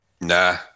Nah